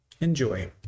Enjoy